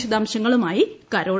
വിശദാംശങ്ങളുമായി കരോൾ